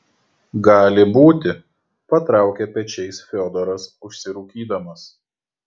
gali būti patraukė pečiais fiodoras užsirūkydamas